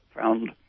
found